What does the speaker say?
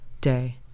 day